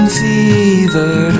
fever